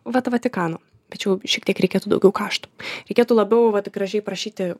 vat vatikano tačiau šiek tiek reikėtų daugiau kaštų reikėtų labiau vat gražiai prašyti